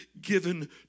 given